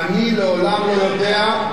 אני לעולם לא יודע.